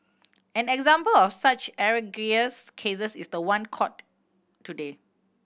an example of such egregious cases is the one court today